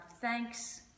thanks